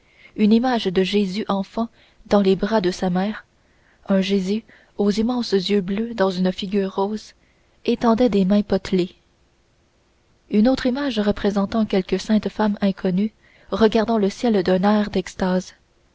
une image de jésus enfant dans les bras de sa mère un jésus aux immenses yeux bleus dans une figure rose étendant des mains potelées une autre image représentant quelque sainte femme inconnue regardant le ciel d'un air d'extase